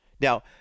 Now